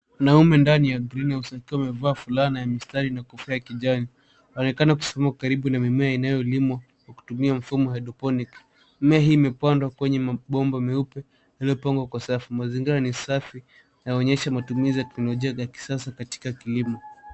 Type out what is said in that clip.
Wanaume ndani ya greenhouse wakiwa wamevaa fulana ya mistari na kufaa kijani. Waonekana kusimama karibu na mimea inayolimwa kwa kutumia mfumo wa hydroponic . Mmea hii imepandwa kwenye mabomba meupe yaliyopangwa kwa safu. Mazingira ni safi na huonyesha matumizi ya teknolojia ya kisasa katika kilimo.